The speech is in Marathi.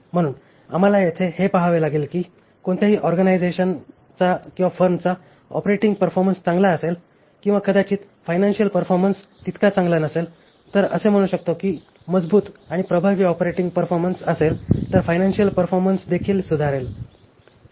म्हणून आम्हाला येथे हे पहावे लागेल की कोणत्याही ऑर्गनायझेशनचा किंवा फार्मचा ऑपरेटिंग परफॉरमन्स चांगला असेल आणि कदाचित फायनान्शियल परफॉरमन्स तितका चांगला नसेल तर असे म्हणू शकतो कि मजबूत आणि प्रभावी ऑपरेटिंग परफॉरमन्स असेल तर फायनान्शियल परफॉरमन्सदेखील सुधारेल